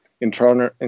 internal